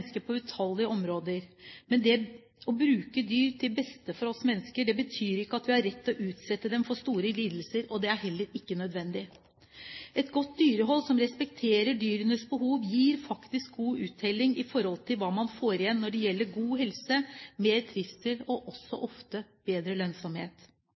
menneskene på utallige områder, men det å bruke dyr til beste for oss mennesker betyr ikke at vi har rett til å utsette dem for store lidelser, og det er heller ikke nødvendig. Et godt dyrehold, som respekterer dyrenes behov, gir faktisk god uttelling i forhold til hva man får igjen når det gjelder god helse, mer trivsel og også ofte bedre lønnsomhet.